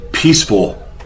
peaceful